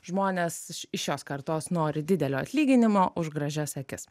žmonės š iš šios kartos nori didelio atlyginimo už gražias akis